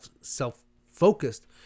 self-focused